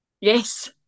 Yes